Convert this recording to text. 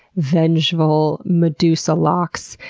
vengeful, medusa locks,